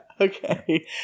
okay